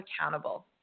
accountable